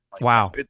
Wow